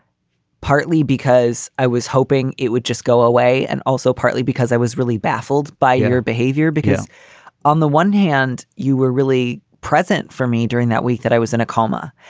partly because i was hoping it would just go away. and also partly because i was really baffled by her behavior, because on the one hand, you were really present for me during that week that i was in a coma.